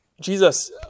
Jesus